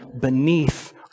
beneath